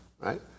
right